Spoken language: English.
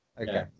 Okay